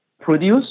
produce